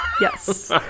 Yes